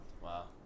Wow